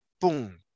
boom